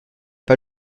pas